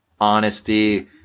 honesty